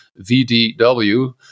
VDW